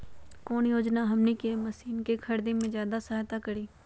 कौन योजना हमनी के मशीन के खरीद में ज्यादा सहायता करी?